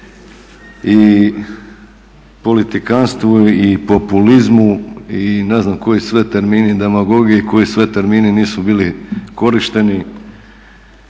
i politikantstvu i populizmu i ne znam koji sve termini i demagogije i koji sve termini nisu bili korišteni.